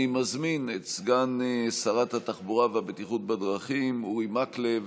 אני מזמין את סגן שרת התחבורה והבטיחות בדרכים אורי מקלב